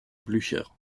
blücher